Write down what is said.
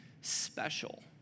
special